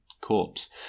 corpse